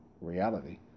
reality